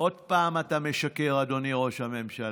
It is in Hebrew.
עוד פעם אתה משקר, אדוני ראש הממשלה,